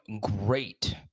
great